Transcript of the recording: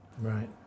Right